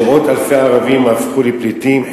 שמאות אלפי ערבים הפכו לפליטים,